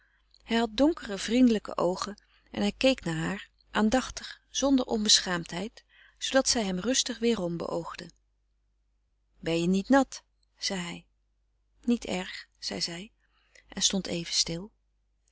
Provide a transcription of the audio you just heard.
hij had donkere vriendelijke oogen en hij keek naar haar aandachtig zonder onbeschaamdheid zoodat zij hem rustig weerom beoogde ben je niet nat zei hij niet erg zei zij en stond even stil